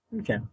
Okay